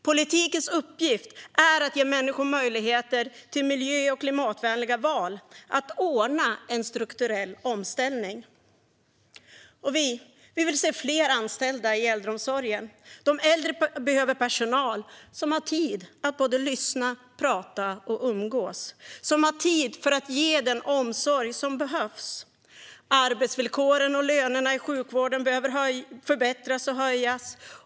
Politikens uppgift är att ge människor möjligheter till miljö och klimatvänliga val, att ordna en strukturell omställning. Vi vill se fler anställda i äldreomsorgen. De äldre behöver personal som har tid att lyssna, prata och umgås, som har tid för att ge den omsorg som behövs. Arbetsvillkoren och lönerna i sjukvården behöver förbättras och höjas.